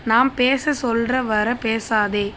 நான் பேச சொல்கிற வரை பேசாதே